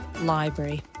library